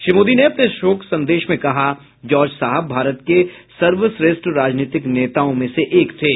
श्री मोदी ने अपने शोक संदेश में कहाजॉर्ज साहब भारत के सर्वश्रेष्ठ राजनीतिक नेताओं में से एक थे